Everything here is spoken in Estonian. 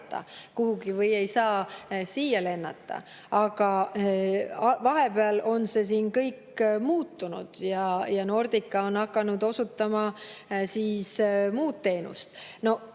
kuhugi või ei saa siia lennata. Aga vahepeal on siin kõik muutunud ja Nordica on hakanud osutama muud